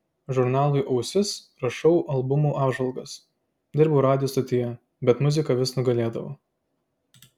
žurnalui ausis rašiau albumų apžvalgas dirbau radijo stotyje bet muzika vis nugalėdavo